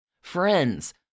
friends